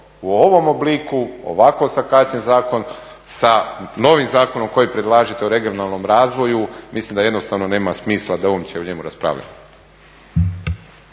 u ovom obliku, ovako sakaćen zakon sa novim zakonom koji predlažete u regionalnom razvoju, mislim da jednostavno nema smisla da uopće o njemu raspravljamo.